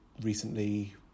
recently